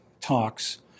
talks